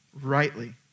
rightly